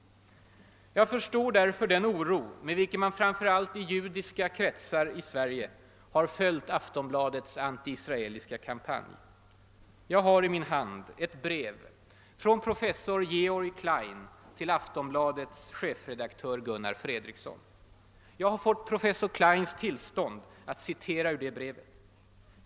Jag förstår därför den oro med vilken man framför allt i judiska kretsar i Sverige har följt Aftonbladets antiisraeliska kampanj. Jag har i min hand ett brev från professor Georg Klein till Aftonbladets chefredaktör Gunnar Fredriksson. Jag har fått professor Kleins tillstånd att citera ur brevet.